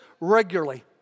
regularly